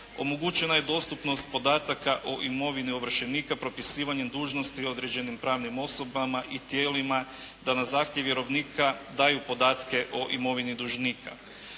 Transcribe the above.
Omogućena je dostupnost podataka o imovini ovršenika propisivanjem dužnosti određenim pravnim osobama i tijelima da na zahtjev vjerovnika daju podatke o imovini dužnika.